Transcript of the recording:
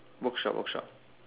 bookshop bookshop